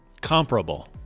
Comparable